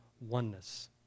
oneness